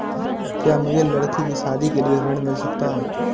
क्या मुझे लडकी की शादी के लिए ऋण मिल सकता है?